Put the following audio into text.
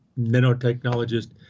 nanotechnologist